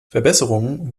verbesserungen